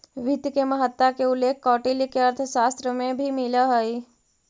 वित्त के महत्ता के उल्लेख कौटिल्य के अर्थशास्त्र में भी मिलऽ हइ